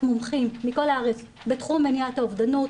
מומחים מכל הארץ בתחום מניעת האובדנות,